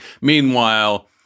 Meanwhile